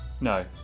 No